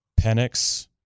Penix